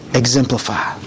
exemplify